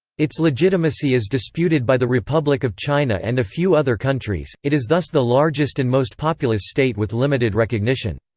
its legitimacy is disputed by the republic of china and a few other countries it is thus the largest and most populous state with limited recognition.